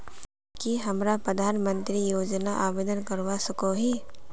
की हमरा प्रधानमंत्री योजना आवेदन करवा सकोही?